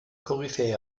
koryphäe